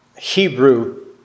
Hebrew